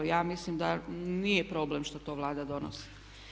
Ja mislim da nije problem što to Vlada donosi.